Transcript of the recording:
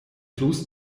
fluss